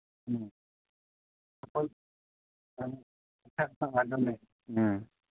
ꯎꯝ ꯎꯝ